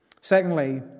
Secondly